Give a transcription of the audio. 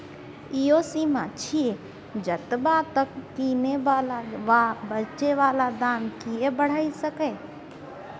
ई ओ सीमा छिये जतबा तक किने बला वा बेचे बला दाम केय बढ़ाई सकेए